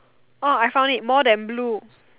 orh I found it more than blue